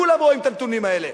כולם רואים את הנתונים האלה.